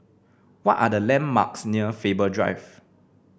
what are the landmarks near Faber Drive